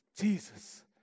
Jesus